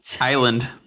island